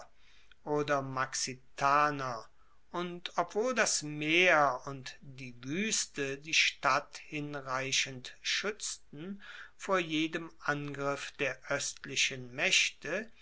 oder maxitaner und obwohl das meer und die wueste die stadt hinreichend schuetzten vor jedem angriff der oestlichen maechte